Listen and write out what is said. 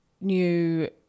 new